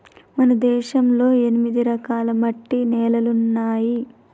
మన దేశంలో ఎనిమిది రకాల మట్టి నేలలున్నాయి